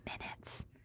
minutes